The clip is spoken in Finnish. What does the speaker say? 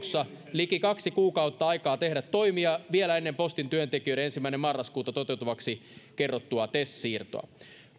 liki kaksi kuukautta aikaa tehdä toimia vielä ennen postin työntekijöiden ensimmäinen yhdettätoista toteutuvaksi julkisestikin kerrottua tes siirtoa